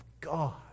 God